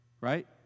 Right